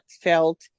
felt